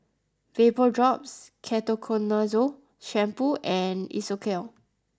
VapoDrops Ketoconazole Shampoo and Isocal